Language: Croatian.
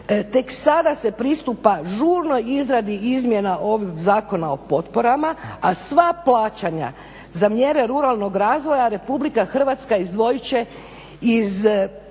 Tek sada se pristupa žurnoj izradi izmjena ovog Zakona o potporama, a sva plaćanja za mjere ruralnog razvoja Republika Hrvatska izdvojit će iz